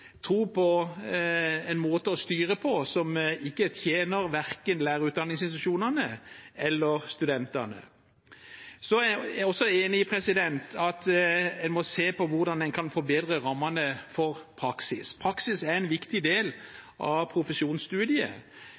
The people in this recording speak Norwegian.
tro på en måte å styre på som verken tjener lærerutdanningsinstitusjonene eller studentene. Jeg er også enig i at en må se på hvordan en kan forbedre rammene for praksis. Praksis er en viktig del av profesjonsstudiet.